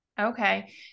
Okay